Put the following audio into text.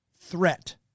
threat